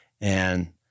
And-